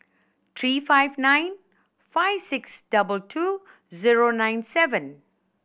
three five nine five six double two zero nine seven